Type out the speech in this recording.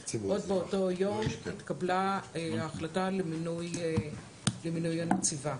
עוד באותו יום התקבלה ההחלטה למינוי הנציבה.